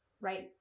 Right